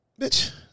Bitch